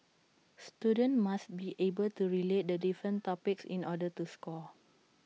students must be able to relate the different topics in order to score